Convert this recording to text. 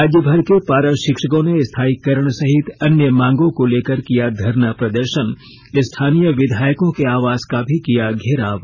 राज्य भर के पारा शिक्षकों ने स्थायीकरण सहित अन्य मांगों को लेकर किया धरना न् प्रदर्शन स्थानीय विधायकों के आवास का भी किया घेराव